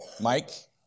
Mike